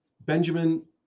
Benjamin